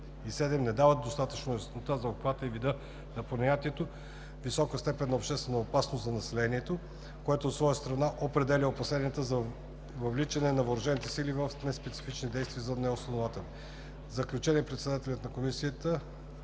не дават достатъчно яснота за обхвата и вида на понятието „високата степен на обществена опасност за населението“, което от своя страна определя опасенията за въвличане на въоръжените сили в неспецифични дейности за основателни. В заключение председателят на Комисията